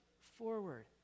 forward